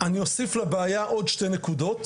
אני מזמין את כל ועדת החינוך,